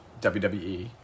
WWE